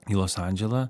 į los andželą